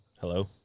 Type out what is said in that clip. Hello